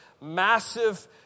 massive